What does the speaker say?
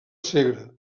segre